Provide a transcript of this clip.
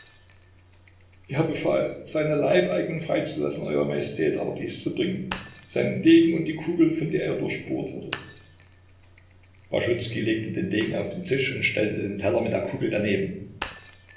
er befahl seine leibeigenen freizulassen eurer majestät aber dieses zu bringen seinen degen und die kugel von der er durchbohrt wurde baschuzkij legte den degen auf den tisch und stellte den teller mit der kugel daneben